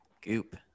goop